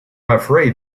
afraid